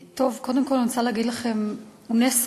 קודם כול, אני רוצה להגיד לכם, אונסק"ו,